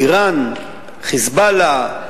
אירן, "חיזבאללה",